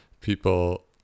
people